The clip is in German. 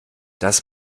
das